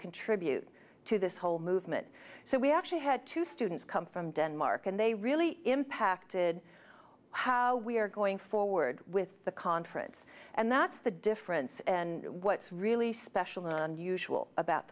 contribute to this whole movement so we actually had two students come from denmark and they really impacted how we are going forward with the conference and that's the difference and what's really special and unusual about